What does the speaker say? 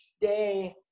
day